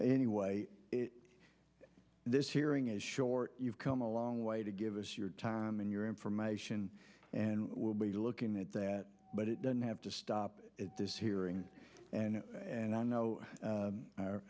anyway this hearing is short you've come a long way to give us your time and your information and we'll be looking at that but it doesn't have to stop this hearing and i know